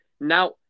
Now